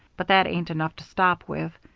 but that ain't enough to stop with.